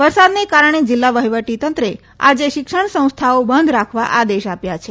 વરસાદને કારણે જીલ્લા વઠીવટીતંત્રે આજે શિક્ષણ સંસ્થાઓ બંધ રાખવા આદેશ આપ્યા છે